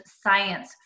science